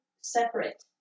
separate